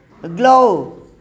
Glow